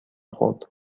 خورد